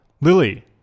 Lily